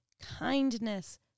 kindness